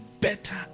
better